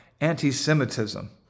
anti-Semitism